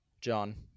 John